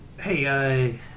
Hey